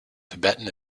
tibetan